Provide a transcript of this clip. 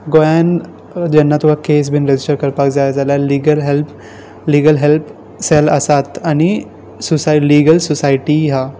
गोंयांत जेन्ना तुका केस बी रजिस्टर करपाक जाय जाल्यार legal help legal help cell आसात आनी सोसाय लिगल सोसायटीय आसा